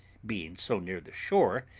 being so near the shore,